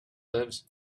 lives